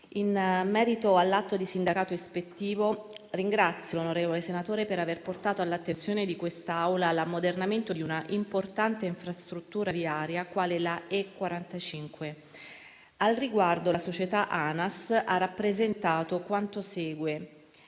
In merito all'atto di sindacato ispettivo, ringrazio l'onorevole senatore per aver portato all'attenzione di questa Assemblea un tema così importante, quale l'ammodernamento di una importante infrastruttura viaria come la E45. Al riguardo, la società Anas ha rappresentato quanto segue.